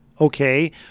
okay